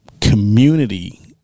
community